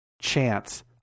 chance